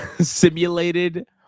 Simulated